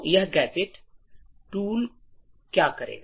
तो यह gadget tool क्या करेगा